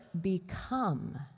become